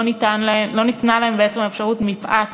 לא ניתנה להם בעצם האפשרות, מפאת מוגבלותם,